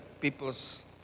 people's